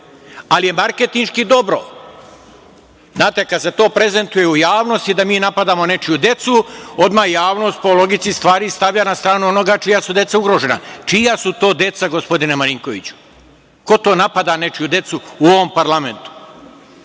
ali je marketinški dobro. Znate, kada se to prezentuje u javnosti da mi napadamo nečiju decu, odmah javnost po logici stvari staje na stranu onoga čija su deca ugrožena. Čija su to deca ugrožena, gospodine Marinkoviću? Ko to napada nečiju decu u ovom parlamentu?